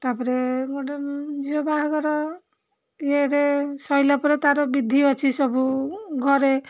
ତା'ପରେ ଗୋଟେ ଝିଅ ବାହାଘର ଇଏରେ ସରିଲା ପରେ ତା'ର ବିଧି ଅଛି ସବୁ ଘରେ